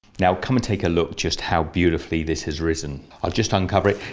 now come and take a look just how beautifully this has risen, i'll just uncover